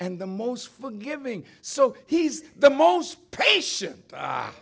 and the most forgiving so he's the most patient